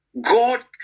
God